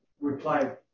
reply